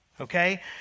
okay